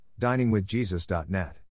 diningwithjesus.net